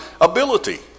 ability